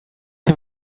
him